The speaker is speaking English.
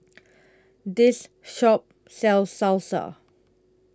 This Shop sells Salsa